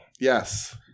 Yes